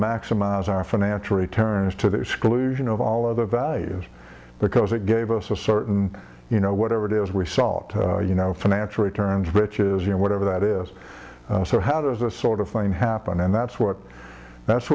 maximize our financial returns to the exclusion of all other values because it gave us a certain you know whatever it is we sought you know financial returns which is you know whatever that is so how does this sort of thing happen and that's what that's